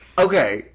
Okay